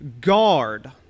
Guard